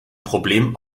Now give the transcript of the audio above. problem